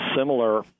similar